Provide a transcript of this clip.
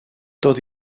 dod